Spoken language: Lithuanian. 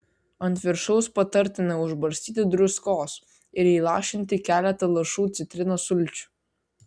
ant viršaus patartina užbarstyti druskos ir įlašinti keletą lašų citrinos sulčių